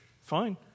fine